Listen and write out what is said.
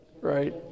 right